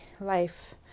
life